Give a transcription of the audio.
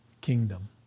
kingdom